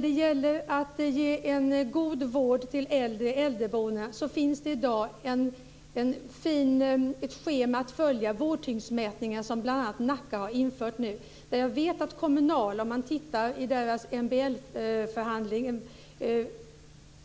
Det finns i dag ett schema att följa för att kunna ge en god vård till de äldre i äldreboende, vårdtyngdsmätningen, som bl.a. Nacka har infört nu. Om man tittar i Kommunals MBL-förhandling ser man att man